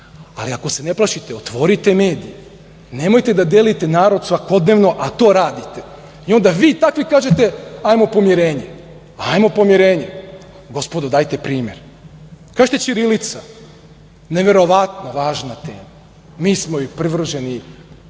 Ali, ako se ne plašite, otvorite medije. Nemojte da delite narod svakodnevno, a to radite. I onda vi takvi kažete - hajmo pomirenje. Gospodo, dajte primer. Ćirilica - neverovatno važna tema, mi smo joj privrženi